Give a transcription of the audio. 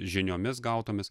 žiniomis gautomis